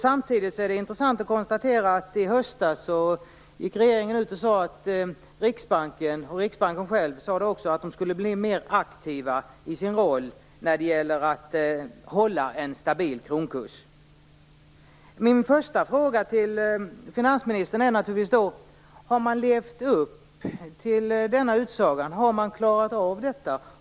Samtidigt är det intressant att konstatera att regeringen i höstas gick ut och sade att Riksbanken - man sade det också själv från Riksbanken - skulle bli mer aktiv i sin roll när det gäller att hålla en stabil kronkurs. Min första fråga till finansministern är naturligtvis följande: Har man levt upp till denna utsaga? Har man klarat av detta?